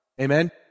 Amen